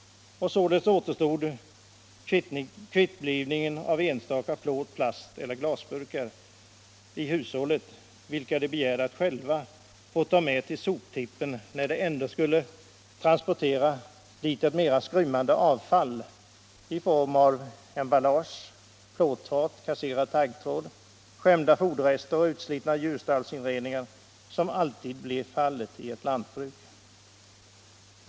Således återstod kvittblivningen av enstaka plåt-, plasteller glasbrukar i hushållet, vilka de begärde att få ta med till soptippen när de ändå skulle transportera dit mera skrymmande avfall i form av emballage, plåtfat, kasserad taggtråd, skämda foderrester och utslitna djurstallsinredningar, som alltid uppstår i ett lantbruk.